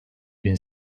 bin